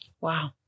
Wow